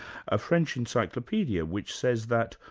a french encyclopaedia which says that,